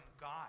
God